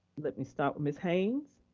let me start with ms. haynes.